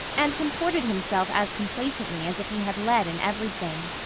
and comported himself as complacently as if he had led in everything.